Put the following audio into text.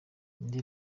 indi